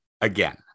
again